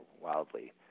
wildly